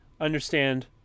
understand